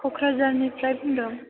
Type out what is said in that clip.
क'क्राझारनिफ्राय बुंदों